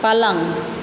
पलङ्ग